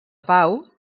pau